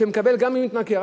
שמקבל גם אם התנכר.